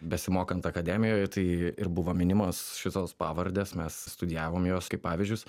besimokant akademijoje tai ir buvo minimos šitos pavardės mes studijavome juos kaip pavyzdžius